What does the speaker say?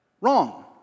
Wrong